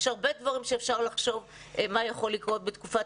יש הרבה דברים שאפשר לחשוב מה יכול לקרות בתקופת